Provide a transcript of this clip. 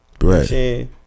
Right